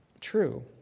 true